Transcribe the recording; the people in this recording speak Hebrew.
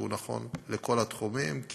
והוא נכון לכל התחומים.